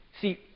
See